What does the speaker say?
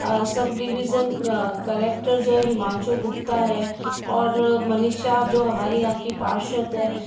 subdivision collector जो है हिमांशु गुप्ता हैं और मनीषा जो हमारी यहाँ की पार्षद है